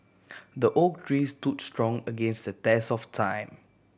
the oak tree stood strong against the test of time